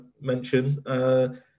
mention